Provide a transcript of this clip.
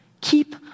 keep